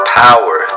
power